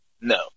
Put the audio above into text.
no